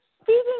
speaking